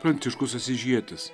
pranciškus asyžietis